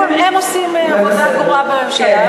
הם עושים עבודה גרועה בממשלה,